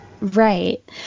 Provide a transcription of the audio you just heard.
Right